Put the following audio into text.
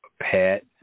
pet